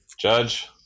Judge